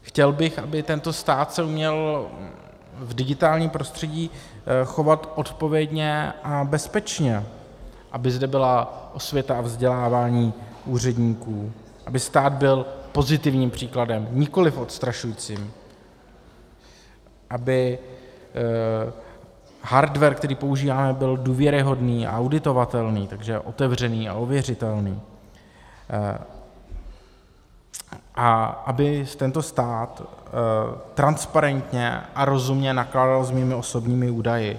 Chtěl bych, aby tento stát se uměl v digitálním prostředí chovat odpovědně a bezpečně, aby zde byla osvěta a vzdělávání úředníků, aby stát byl pozitivním příkladem, nikoliv odstrašujícím, aby hardware, který používáme, byl důvěryhodný a auditovatelný, takže otevřený a ověřitelný, a aby tento stát transparentně a rozumně nakládal s mými osobními údaji.